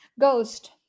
Ghost